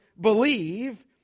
believe